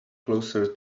closer